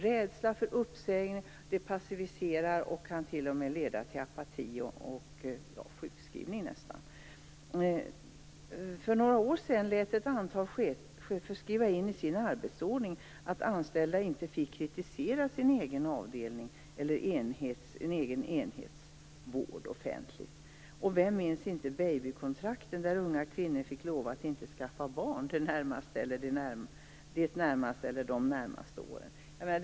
Rädsla för uppsägning passiviserar och kan leda till apati och sjukskrivning. För några år sedan lät ett antal chefer skriva in i sin arbetsordning att anställda inte fick kritisera sin egen avdelnings eller enhets vård offentligt, och vem minns inte babykontrakten, där unga kvinnor fick lova att inte skaffa barn det närmaste eller de närmaste åren.